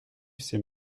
ces